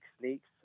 Sneaks